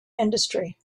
industry